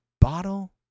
bottle